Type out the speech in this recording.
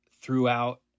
throughout –